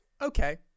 Okay